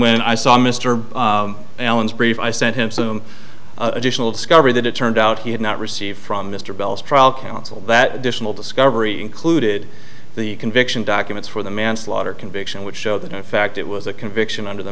when i saw mr allen's brief i sent him some additional discovery that it turned out he had not received from mr bell's trial counsel that additional discovery included the conviction documents for the manslaughter conviction which showed that in fact it was a conviction under the